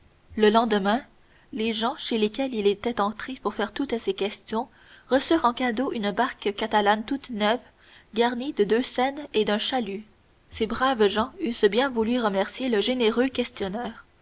le lendemain les gens chez lesquels il était entré pour faire toutes ces questions reçurent en cadeau une barque catalane toute neuve garnie de deux seines et d'un chalut ces braves gens eussent bien voulu remercier le généreux questionneur